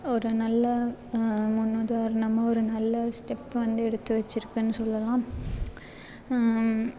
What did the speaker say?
ஒரு நல்ல முன் உதாரணமாக ஒரு நல்ல ஸ்டெப் வந்து எடுத்து வச்சிருக்குன்னு சொல்லலாம்